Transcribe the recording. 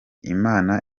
imana